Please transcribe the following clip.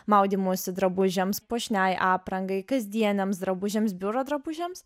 maudymosi drabužiams puošniai aprangai kasdieniams drabužiams biuro drabužiams